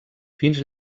fins